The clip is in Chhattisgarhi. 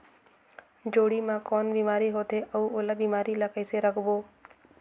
जोणी मा कौन बीमारी होथे अउ ओला बीमारी ला कइसे रोकबो?